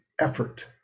effort